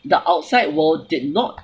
the outside world did not